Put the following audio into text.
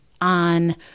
on